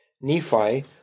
Nephi